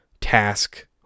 task